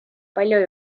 palju